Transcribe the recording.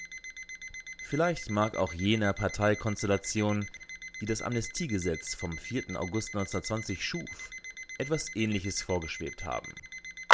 vielleicht mag auch jener parteikonstellation die das amnestiegesetz vom august etwas ähnliches vorgeschwebt haben